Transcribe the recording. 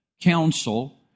council